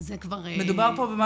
זה כבר --- מדובר פה על חיי